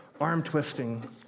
arm-twisting